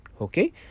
okay